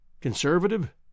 conservative